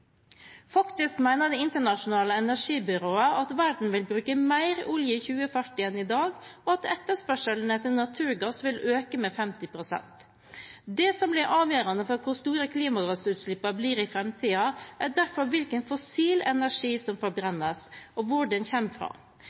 Faktisk mener Det internasjonale energibyrået at verden vil bruke mer olje i 2040 enn i dag, og at etterspørselen etter naturgass vil øke med 50 pst. Det som blir avgjørende for hvor store klimagassutslippene blir i framtiden, er derfor hvilken fossil energi som forbrennes, og hvor den kommer fra.